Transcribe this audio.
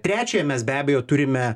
trečia mes be abejo turime